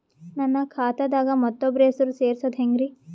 ನನ್ನ ಖಾತಾ ದಾಗ ಮತ್ತೋಬ್ರ ಹೆಸರು ಸೆರಸದು ಹೆಂಗ್ರಿ?